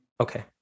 okay